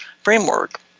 framework